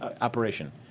operation